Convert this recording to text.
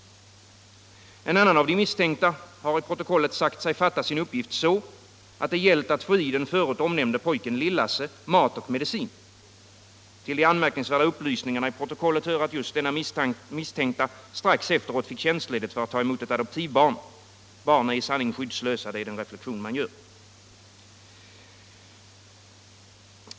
En annan av de misstänkta har i protokollet sagt sig fatta sin uppgift så, att det gällt att få i den förut omnämnde pojken Lill-Lasse mat och medicin. Till de anmärkningsvärda upplysningarna i protokollet hör att just denna misstänkta strax efteråt fick tjänstledigt för att ta emot ett adoptivbarn. Barn är i sanning skyddslösa — det är den reflexion man gör.